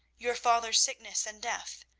your father's sickness and death,